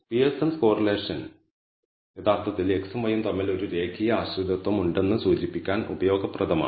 Pearson's correlation യഥാർത്ഥത്തിൽ x ഉം y ഉം തമ്മിൽ ഒരു രേഖീയ ആശ്രിതത്വം ഉണ്ടെന്ന് സൂചിപ്പിക്കാൻ ഉപയോഗപ്രദമാണ്